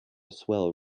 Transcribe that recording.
swell